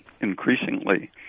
increasingly